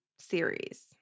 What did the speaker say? series